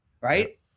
right